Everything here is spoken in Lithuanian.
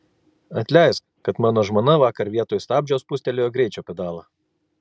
atleisk kad mano žmona vakar vietoj stabdžio spustelėjo greičio pedalą